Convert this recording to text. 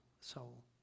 soul